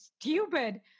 stupid